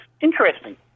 interesting